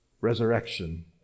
resurrection